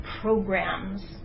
programs